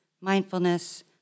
mindfulness